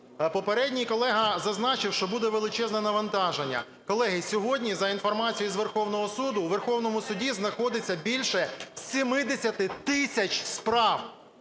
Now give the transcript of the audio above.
Попередній колега зазначив, що буде величезне навантаження. Колеги, сьогодні, за інформацією з Верховного Суду, у Верховному Суді знаходиться більше 70 тисяч справ,